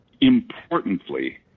importantly